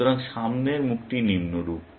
সুতরাং সামনের মুখটি নিম্নরূপ